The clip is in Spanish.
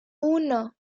uno